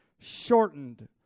shortened